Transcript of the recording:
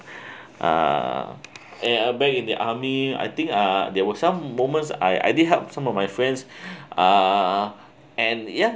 uh eh I back in the army I think uh there were some moments I I did help some of my friends uh and ya